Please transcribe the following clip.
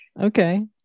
okay